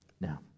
Now